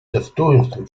достоинство